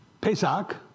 Pesach